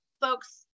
folks